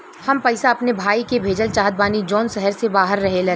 हम पैसा अपने भाई के भेजल चाहत बानी जौन शहर से बाहर रहेलन